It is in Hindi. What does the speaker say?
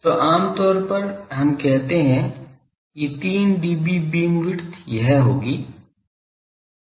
तो आम तौर पर हम कहते हैं कि 3 dB बीम विड्थ यह होगी